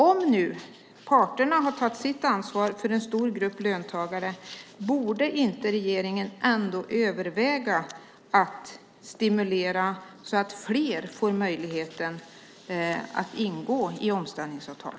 Om nu parterna har tagit sitt ansvar för en stor grupp löntagare, borde inte regeringen ändå överväga att stimulera så att fler får möjlighet att ingå i omställningsavtal?